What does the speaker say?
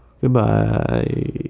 Goodbye